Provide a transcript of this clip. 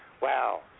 wow